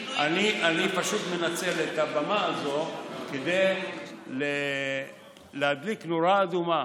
אני פשוט מנצל את הבמה הזאת כדי להדליק נורה אדומה.